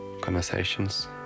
conversations